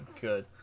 Good